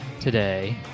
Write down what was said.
today